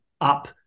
up